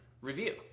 review